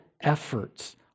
efforts